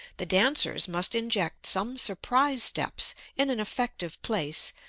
the dancers must inject some surprise steps in an effective place,